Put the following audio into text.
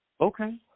Okay